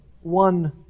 one